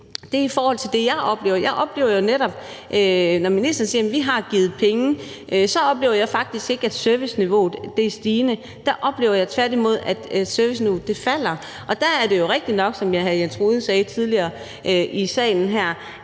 sige, er i forhold til det, jeg oplever. Jeg oplever jo netop det med, at når ministeren siger, at vi har givet penge, så er serviceniveauet faktisk ikke stigende alligevel. Der oplever jeg tværtimod, at serviceniveauet falder. Der er det jo rigtigt nok, som hr. Jens Rohde sagde tidligere i salen her,